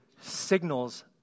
signals